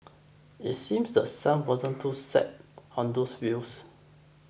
it seems The Sun wasn't too set on those views